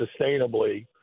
sustainably